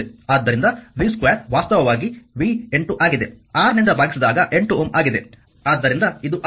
ಆದ್ದರಿಂದ v2 ವಾಸ್ತವವಾಗಿ v 8 ಆಗಿದೆ R ನಿಂದ ಭಾಗಿಸಿದಾಗ 8Ω ಆಗಿದೆ